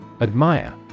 Admire